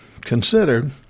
considered